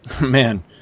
man